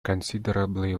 considerably